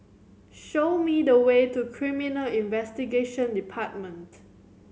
show me the way to Criminal Investigation Department